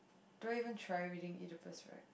don't even try reading Oedipus right